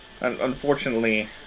Unfortunately